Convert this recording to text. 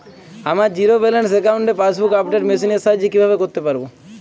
আমার zero balance অ্যাকাউন্টে passbook update machine এর সাহায্যে কীভাবে করতে পারব?